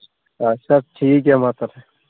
ᱟᱪᱪᱷᱟ ᱴᱷᱤᱠ ᱜᱮᱭᱟ ᱢᱟ ᱛᱟᱦᱚᱞᱮ